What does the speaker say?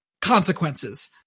consequences